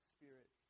Spirit